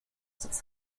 das